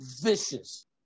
vicious